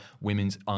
women's